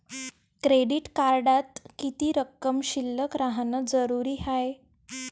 Credit कार्डात किती रक्कम शिल्लक राहानं जरुरी हाय?